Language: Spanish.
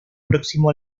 próximo